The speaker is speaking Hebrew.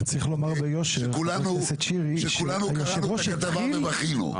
שכולנו קראנו את הכתבה ובכינו.